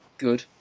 good